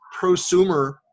prosumer